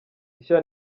ishya